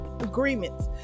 agreements